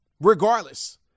regardless